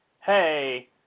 hey